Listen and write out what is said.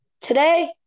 today